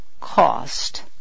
cost